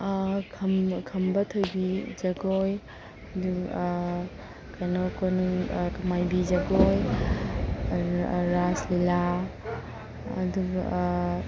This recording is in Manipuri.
ꯈꯝꯕ ꯊꯣꯏꯕꯤ ꯖꯒꯣꯏ ꯑꯗꯨ ꯀꯩꯅꯣ ꯀꯣꯅꯨꯡ ꯃꯥꯏꯕꯤ ꯖꯒꯣꯏ ꯔꯥꯖ ꯂꯤꯂꯥ ꯑꯗꯨꯒ